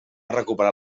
recuperar